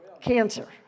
cancer